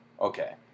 Okay